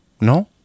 no